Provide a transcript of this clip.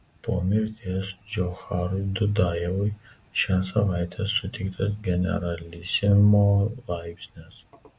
po mirties džocharui dudajevui šią savaitę suteiktas generalisimo laipsnis